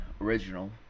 original